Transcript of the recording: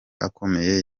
akomeye